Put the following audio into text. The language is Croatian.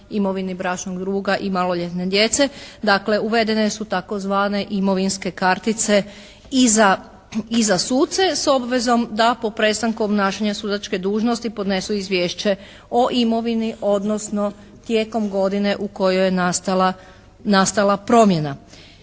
imovini bračnog druga i maloljetne djece. Dakle, uvedene su tzv. imovinske kartice i za suce s obvezom da po prestanu obnašanja sudačke dužnosti podnesu izvješće o imovini, odnosno tijekom godine u kojoj je nastala promjena.